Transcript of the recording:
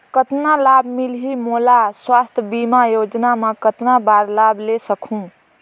कतना लाभ मिलही मोला? स्वास्थ बीमा योजना मे कतना बार लाभ ले सकहूँ?